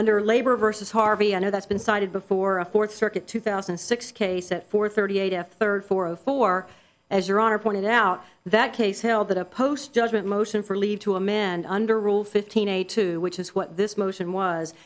under labor versus harvey i know that's been cited before a fourth circuit two thousand and six case at four thirty eight f third four of four as your honor pointed out that case held the post judgment motion for leave to amend under rule fifteen a two which is what this motion was